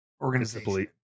organization